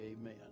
amen